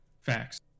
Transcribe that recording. Facts